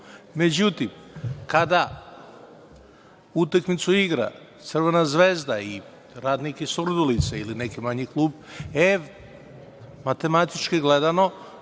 Međutim, kada utakmicu igra Crvena Zvezda i Radnik iz Surdulice ili neki manji klub, matematički gledano